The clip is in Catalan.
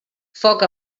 foc